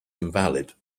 invalid